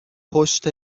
پشت